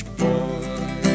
boy